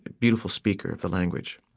beautiful speaker of the language.